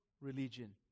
religion